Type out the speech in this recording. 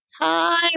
time